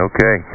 Okay